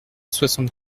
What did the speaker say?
soixante